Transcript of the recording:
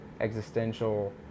existential